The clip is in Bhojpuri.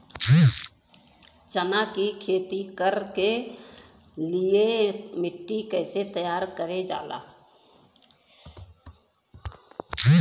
चना की खेती कर के लिए मिट्टी कैसे तैयार करें जाला?